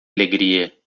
alegria